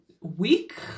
week